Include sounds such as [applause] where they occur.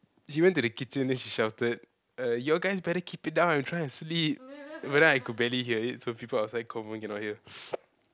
she went to the kitchen then she shouted uh y'all guys better keep it down I'm trying to sleep but then I could barely hear it so people outside confirm cannot hear [noise]